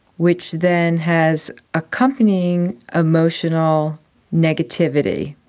which then has accompanying emotional negativity.